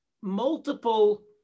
multiple